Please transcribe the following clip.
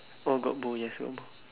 oh got bull yes got bull